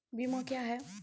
बीमा क्या हैं?